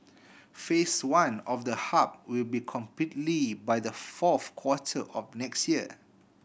Phase One of the hub will be completed by the fourth quarter of next year